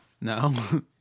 No